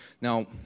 Now